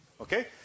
Okay